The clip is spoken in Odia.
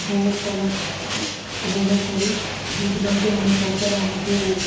ଉପଭୋଗ କଲା ଉପଭୋଗ କରୁ ଯେଉଁଥି ପାଇଁ କିି ଆମ ସରକାର ଆମକୁ